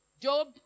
Job